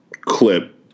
clip